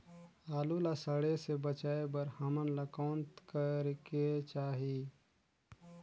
आलू ला सड़े से बचाये बर हमन ला कौन करेके चाही?